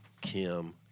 Kim